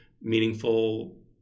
meaningful